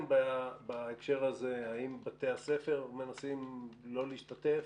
בהקשר הזה האם בתי הספר מנסים לא להשתתף,